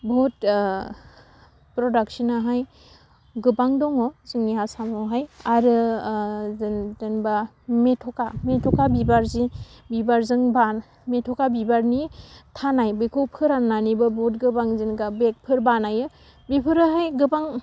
बहुद प्रडाक्श'नाहाय गोबां दङ जोंनि आसामावहाय आरो जेन जेनेबा मेथ'खा मेथ'खा बिबार जि बिबारजों बान मेथ'खा बिबारनि थानाय बेखौ फोरान्नानैबो बहुद गोबां जेनेखा बेगफोर बानायो बेफोरोहाय गोबां